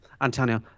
Antonio